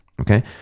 okay